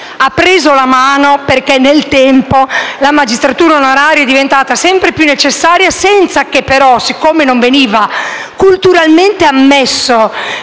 ha preso la mano perché nel tempo la magistratura onoraria è diventata sempre più necessaria. Poiché non veniva culturalmente ammesso